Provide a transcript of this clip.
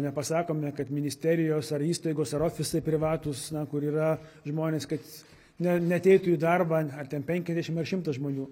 nepasakom na kad ministerijos ar įstaigos ar ofisai privatūs na kur yra žmonės kad ne neateitų į darbą ar ten penkiasdešimt ar šimtas žmonių